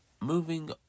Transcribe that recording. moving